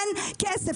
אין כסף.